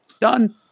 Done